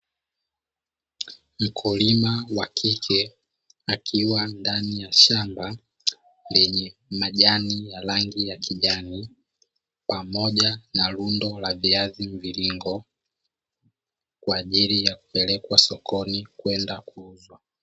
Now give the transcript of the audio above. Mkulima wa kike akiwa ndani ya shamba, lenye majani ya rangi ya kijani pamoja na rundo la viazi mviringo kwa ajili ya kupelekwa sokoni kwenda kuuzwa.